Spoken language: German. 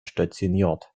stationiert